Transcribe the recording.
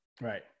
Right